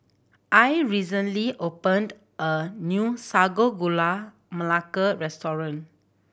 Al recently opened a new Sago Gula Melaka restaurant